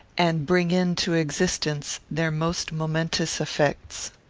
and bring into existence their most momentous effects.